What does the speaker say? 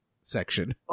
section